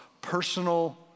personal